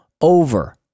over